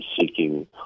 seeking